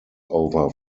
over